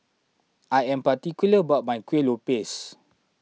I am particular about my Kueh Lopes